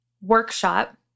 workshop